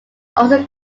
also